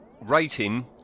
rating